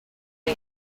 you